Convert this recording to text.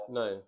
no